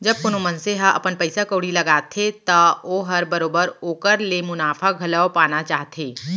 जब कोनो मनसे ह अपन पइसा कउड़ी लगाथे त ओहर बरोबर ओकर ले मुनाफा घलौ पाना चाहथे